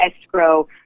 escrow